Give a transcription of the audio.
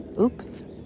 oops